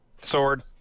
Sword